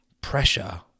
pressure